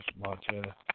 Montana